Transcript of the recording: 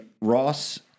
Ross